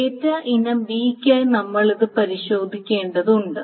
data ഇനം b യ്ക്കായി നമ്മൾ ഇത് പരിശോധിക്കേണ്ടതുണ്ട്